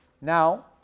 now